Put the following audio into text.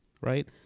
right